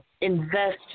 invest